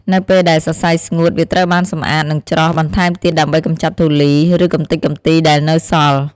នៅពេលដែលសរសៃស្ងួត វាត្រូវបានសម្អាត និងច្រោះ បន្ថែមទៀតដើម្បីកម្ចាត់ធូលី ឬកម្ទេចកម្ទីដែលនៅសល់។